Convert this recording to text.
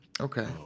okay